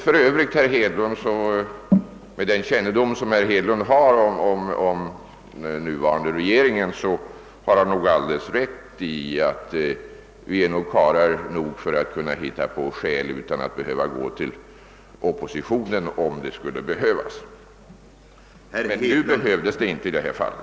För övrigt har nog herr Hedlund — med den kännedom han äger om den nuvarande regeringen — alldeles rätt i att vi är karlar att själva kunna hitta på skäl, om det skulle behövas, och att vi alltså inte är tvungna att gå till oppositionen. Men i detta fall behövdes det inte.